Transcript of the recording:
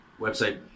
website